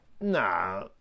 Nah